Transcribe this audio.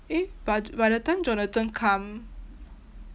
eh but by the time jonathan come